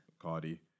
Cardi